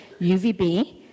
UVB